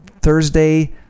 Thursday